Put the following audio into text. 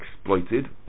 exploited